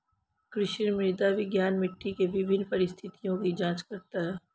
कृषि मृदा विज्ञान मिट्टी के विभिन्न परिस्थितियों की जांच करता है